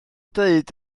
dweud